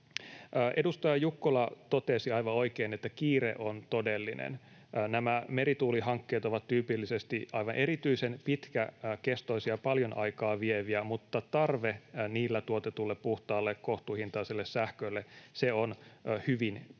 Edustaja Jukkola totesi aivan oikein, että kiire on todellinen. Merituulihankkeet ovat tyypillisesti aivan erityisen pitkäkestoisia, paljon aikaa vieviä, mutta tarve niillä tuotetulle puhtaalle, kohtuuhintaiselle sähkölle on hyvin pian.